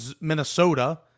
Minnesota